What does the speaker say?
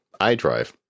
iDrive